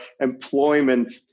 employment